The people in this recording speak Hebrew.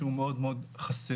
שהוא מאוד מאוד חסר.